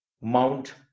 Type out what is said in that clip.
Mount